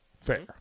Fair